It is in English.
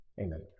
amen